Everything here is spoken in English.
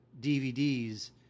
DVDs